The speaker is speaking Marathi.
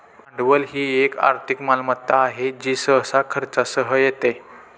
भांडवल ही एक आर्थिक मालमत्ता आहे जी सहसा खर्चासह येते